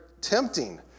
tempting